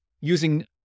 using